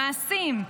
במעשים,